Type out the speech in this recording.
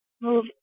move